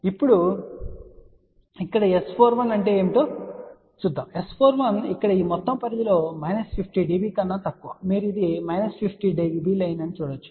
ఇప్పుడు ఇక్కడ S41 అంటే ఏమిటో చూద్దాం S41 ఇక్కడ ఈ మొత్తం పరిధిలో మైనస్ 50 dB కన్నా తక్కువ మీరు ఇది మైనస్ 50 dB లైన్ అని చూడవచ్చు